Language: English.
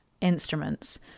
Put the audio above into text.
instruments